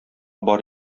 бар